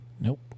Nope